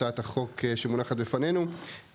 הצעת החוק שמונחת בפנינו.